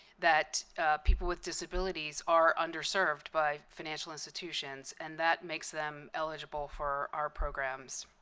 that people with disabilities are underserved by financial institutions, and that makes them eligible for our programs.